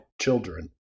children